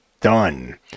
done